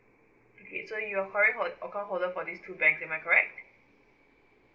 okay so you're current hold account holder for these two banks am I correct